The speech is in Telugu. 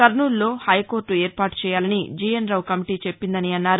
కర్నూలులో హైకోర్లు ఏర్పాటు చేయాలని జీఎన్రావు కమిటీ చెప్పిందని అన్నారు